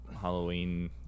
halloween